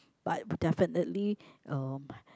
but definitely uh